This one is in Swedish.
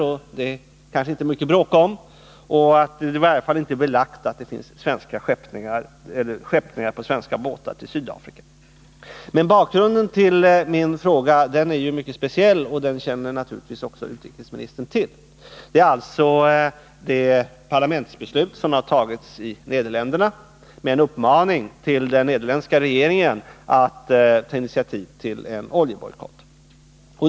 — det är kanske inte mycket att bråka om, och det är i varje fall inte belagt att det finns skeppningar på svenska båtar till Sydafrika. Men bakgrunden till min fråga är mycket speciell, och den känner naturligtvis också utrikesministern till. Det gäller alltså det parlamentsbeslut som har fattats i Nederländerna med en uppmaning till nederländska regeringen att ta initiativ till en oljebojkott.